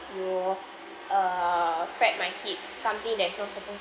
you err fed my kid something that is not supposed